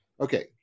Okay